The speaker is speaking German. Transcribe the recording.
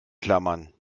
klammern